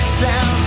sound